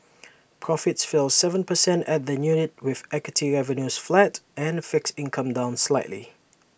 profits fell Seven percent at the unit with equity revenues flat and fixed income down slightly